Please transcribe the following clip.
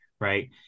Right